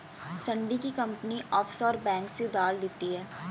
Sandy की company offshore bank से उधार लेती है